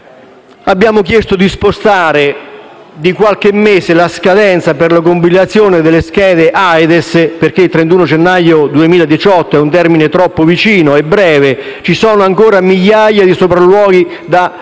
Abbiamo chiesto di spostare di qualche mese la scadenza per la compilazione delle schede AEDES, perché il 31 gennaio 2018 è un termine troppo vicino; ci sono infatti ancora migliaia di sopralluoghi da eseguire.